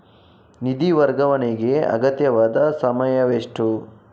ನಿಧಿ ವರ್ಗಾವಣೆಗೆ ಅಗತ್ಯವಾದ ಸಮಯವೆಷ್ಟು?